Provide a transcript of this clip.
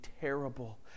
terrible